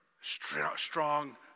strong